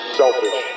selfish